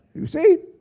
you see? are